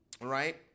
right